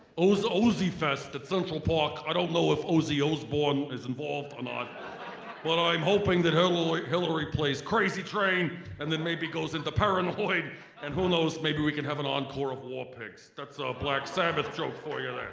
ozy ozy fest at central park i don't know if ozy osbourne is involved or not but i'm hoping that hillary hillary plays crazy train and then maybe goes into paranoid and who knows maybe we can have an encore of war pigs. that's ah a black sabbath joke for you, a